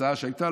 הצעה שהייתה,